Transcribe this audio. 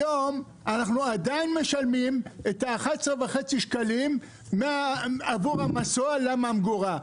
היום אנחנו עדיין משלמים את ה-11.5 שקלים עבור המסוע לממגורה.